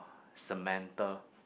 Samantha